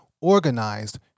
organized